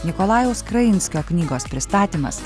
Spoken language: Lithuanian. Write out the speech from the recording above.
nikolajaus krainskio knygos pristatymas